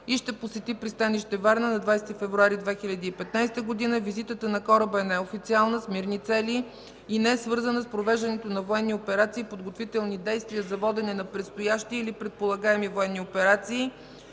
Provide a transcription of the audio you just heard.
и ще посети пристанище Варна на 20 февруари 2015 г. Визитата на кораба е неофициална, с мирни цели и не е свързана с провеждането на военни операции и подготвителни действия за водене на предстоящи или предполагаеми военни операции,